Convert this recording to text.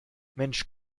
mensch